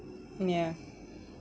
mm ya